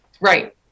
right